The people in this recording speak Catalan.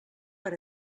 per